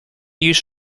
used